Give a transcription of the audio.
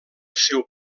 seu